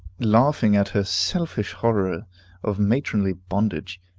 laughing at her selfish horror of matronly bondage,